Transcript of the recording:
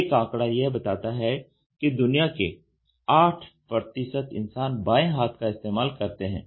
एक आंकड़ा यह बताता है कि दुनिया के 8 इंसान बाएं हाथ का इस्तेमाल करते हैं